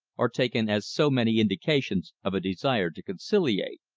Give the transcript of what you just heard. are taken as so many indications of a desire to conciliate.